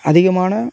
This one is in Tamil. அதிகமான